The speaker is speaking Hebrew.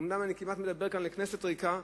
אומנם אני כמעט מדבר כאן לכנסת ריקה,